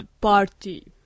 party